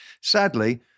Sadly